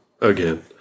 Again